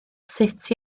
sut